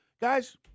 Guys